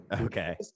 Okay